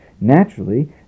Naturally